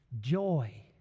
Joy